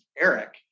Eric